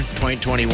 2021